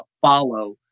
follow